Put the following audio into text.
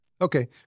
Okay